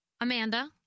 Amanda